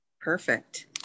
Perfect